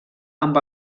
amb